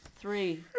Three